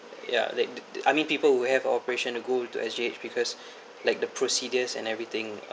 ya like the the I mean people who have operation to go to S_G_H because like the procedures and everything